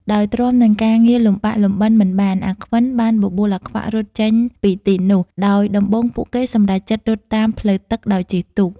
ដោយទ្រាំនឹងការងារលំបាកលំបិនមិនបាន អាខ្វិន បានបបួលអាខ្វាក់រត់ចេញពីទីនោះ ដោយដំបូងពួកគេសម្រេចចិត្តរត់តាមផ្លូវទឹកដោយជិះទូក ។